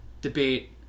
debate